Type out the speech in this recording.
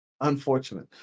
Unfortunate